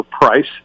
price